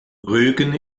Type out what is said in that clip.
rügen